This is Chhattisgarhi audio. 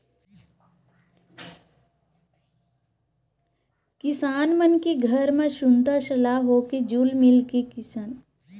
किसान मन के घर म सुनता सलाह होके जुल मिल के किसानी के बूता ल सुग्घर ढंग ले करबे करथन भईर